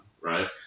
right